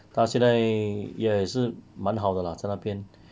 他现在也是蛮好的啦在那边